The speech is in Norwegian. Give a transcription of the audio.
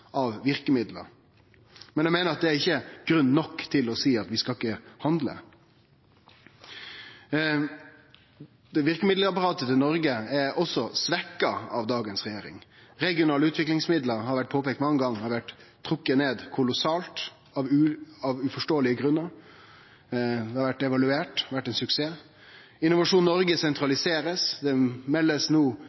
av verkemiddel. Men eg meiner at det ikkje er grunn nok til å seie at vi ikkje skal handle. Verkemiddelapparatet til Noreg er òg svekt av dagens regjering. Det har blitt påpeikt mange gonger at regionale utviklingsmiddel har blitt trekte ned kolossalt av uforståelege grunnar. Det har blitt evaluert, og har vore ein suksess. Innovasjon Noreg blir sentralisert. Det